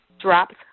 drops